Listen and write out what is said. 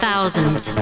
Thousands